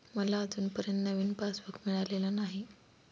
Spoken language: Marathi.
मला अजूनपर्यंत नवीन पासबुक मिळालेलं नाही